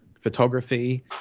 photography